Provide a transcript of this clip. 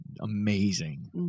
amazing